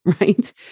right